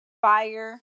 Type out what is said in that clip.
fire